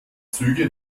züge